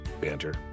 Banter